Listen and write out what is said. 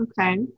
okay